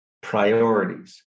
priorities